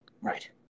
Right